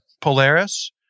Polaris